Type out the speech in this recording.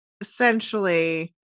Essentially